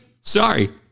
Sorry